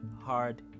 hard